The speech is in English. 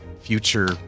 future